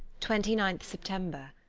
twenty nine september.